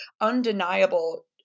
undeniable